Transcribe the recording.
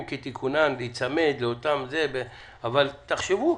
כתיקונם להיצמד לאותם אבל תחשבו,